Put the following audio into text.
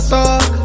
talk